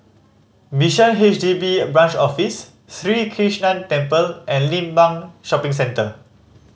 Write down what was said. Bishan H D B Branch Office Sri Krishnan Temple and Limbang Shopping Center